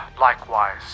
likewise